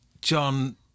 John